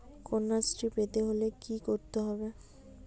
কন্যাশ্রী পেতে হলে কি করতে হবে?